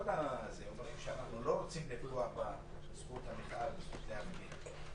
אומרים שאנחנו לא רוצים לפגוע בזכות המחאה ובזכות להפגין,